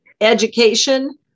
education